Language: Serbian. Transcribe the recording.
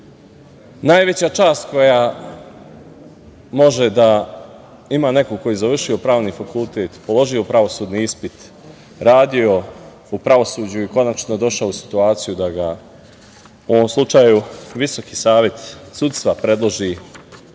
najveća čast koja može da ima neko ko je završio Pravni fakultet, položio pravosudni ispit, radio u pravosuđu i konačno došao u situaciju da ga u ovom slučaju Visoki savet sudstva predloži